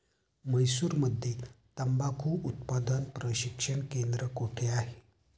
म्हैसूरमध्ये तंबाखू उत्पादन प्रशिक्षण केंद्र कोठे आहे?